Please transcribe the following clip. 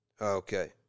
Okay